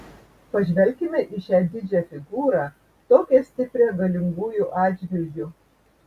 pažvelkime į šią didžią figūrą tokią stiprią galingųjų atžvilgiu